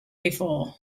before